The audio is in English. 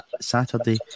Saturday